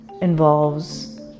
involves